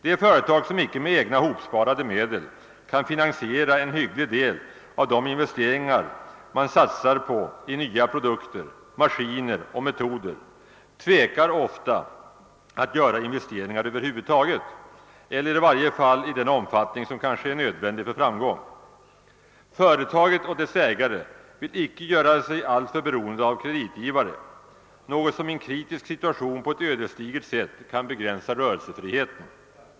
Det företag som icke med hopsparade medel kan finansiera en hygglig del av de investeringar man satsar på i nya produkter, maskiner och metoder tvekar ofta att företa investeringar över huvud taget eller åtminstone i den omfattning som kanske är nödvändig för framgång. Företaget och dess ägare vill icke göra sig alltför beorende av kreditgivaren, något som i en kritisk situation på ett ödesdigert sätt kan begränsa rörelsefriheten.